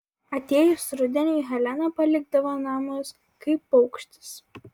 atėjus rudeniui helena palikdavo namus kaip paukštis